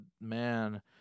man